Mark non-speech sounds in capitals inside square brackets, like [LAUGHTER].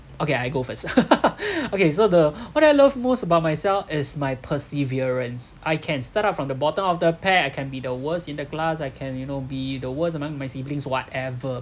okay I go first [LAUGHS] okay so the what I love most about myself is my perseverance I can step up from the bottom of the pack I can be the worst in the class I can you know be the worst among my siblings whatever